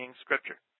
Scripture